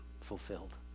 fulfilled